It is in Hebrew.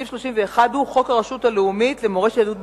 סעיף 31 הוא חוק הרשות הלאומית למורשת יהדות בוכרה.